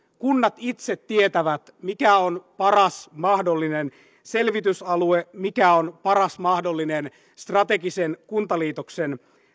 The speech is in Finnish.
kunnat itse tietävät mikä on paras mahdollinen selvitysalue mikä on paras mahdollinen strategisen kuntaliitoksen